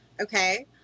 Okay